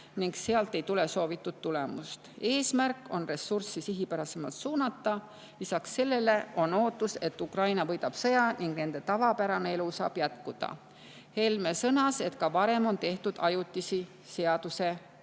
ning sealt ei tule soovitud tulemust. Eesmärk on ressursse sihipärasemalt suunata. Lisaks sellele on ootus, et Ukraina võidab sõja ning nende [laste] tavapärane elu saab jätkuda. Helme sõnas, et ka varem on tehtud ajutisi seadusemuudatusi.